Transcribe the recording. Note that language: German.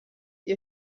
ihr